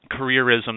careerism